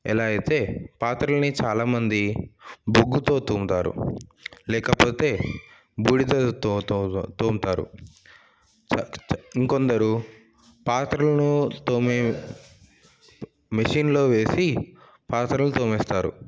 ఎలా అయితే పాత్రలని చాలా మంది బొగ్గుతో తోముతారు లేకపోతే బూడిదతో తో తోముతారు ఇంకా కొందరు పాత్రలను తోమే మిషిన్లో వేసి పాత్రలు తోమేస్తారు